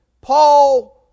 Paul